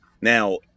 Now